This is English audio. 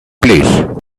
please